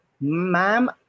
Ma'am